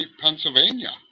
Pennsylvania